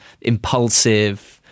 impulsive